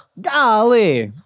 Golly